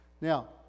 Now